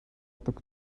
tuk